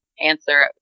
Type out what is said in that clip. answer